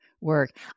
work